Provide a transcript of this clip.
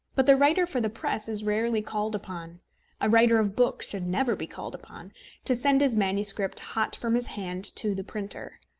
but the writer for the press is rarely called upon a writer of books should never be called upon to send his manuscript hot from his hand to the printer.